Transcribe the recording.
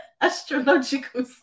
astrological